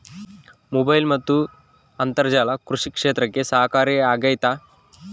Mobile ಮತ್ತು ಅಂತರ್ಜಾಲ ಕೃಷಿ ಕ್ಷೇತ್ರಕ್ಕೆ ಸಹಕಾರಿ ಆಗ್ತೈತಾ?